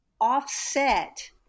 offset